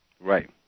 Right